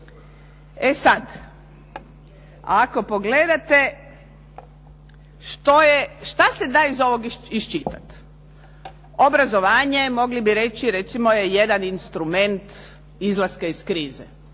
E sad, ako pogledate šta se da iz ovog iščitat. Obrazovanje, mogli bi reći je recimo jedan instrument izlaska iz krize.